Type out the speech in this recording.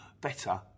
better